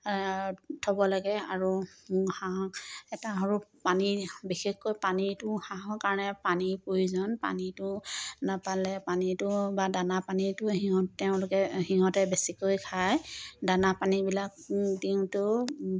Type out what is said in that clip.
থ'ব লাগে আৰু হাঁহ এটা সৰু পানী বিশেষকৈ পানীটো হাঁহৰ কাৰণে পানীৰ প্ৰয়োজন পানীটো নাপালে পানীটো বা দানা পানীটো সিহঁত তেওঁলোকে সিহঁতে বেছিকৈ খায় দানা পানীবিলাক দিওঁতেও